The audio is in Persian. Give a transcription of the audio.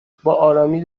بهآرامی